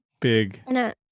big